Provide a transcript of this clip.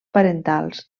parentals